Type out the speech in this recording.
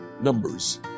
numbers